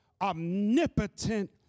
omnipotent